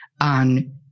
on